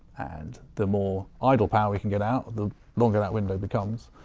and the more idle power we can get out, the longer that window becomes.